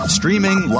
Streaming